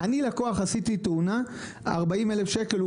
אני, לקוח, עשיתי תאונה, נקבע שזה 40,000 שקל.